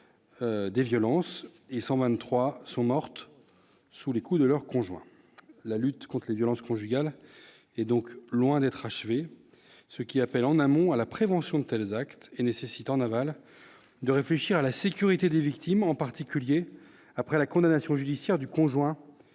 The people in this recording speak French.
des violences et 123 sont mortes sous les coups de leur conjoint, la lutte contre les violences conjugales est donc loin d'être achevée, ce qu'il appelle en amont à la prévention de tels actes et nécessitant en aval de réfléchir à la sécurité des victimes, en particulier après la condamnation judiciaire du conjoint